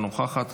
אינה נוכחת,